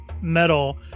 metal